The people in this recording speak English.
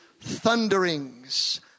thunderings